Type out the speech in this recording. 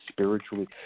Spiritually